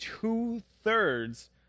two-thirds